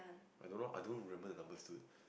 I don't know I don't remember the numbers dude